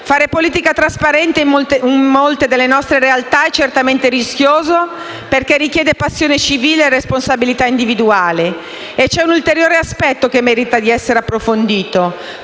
Fare politica trasparente in molte delle nostre realtà è certamente rischioso, perché richiede passione civile e responsabilità individuale. E c'è un ulteriore aspetto che merita di essere approfondito: